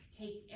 take